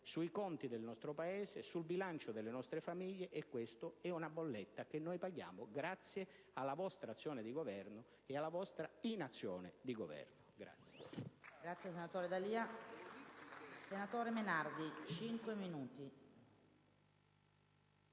sui conti del nostro Paese, sul bilancio delle famiglie, e questa è una bolletta che paghiamo grazie alla vostra azione e alla vostra inazione di Governo.